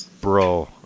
Bro